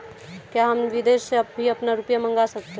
क्या हम विदेश से भी अपना रुपया मंगा सकते हैं?